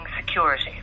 security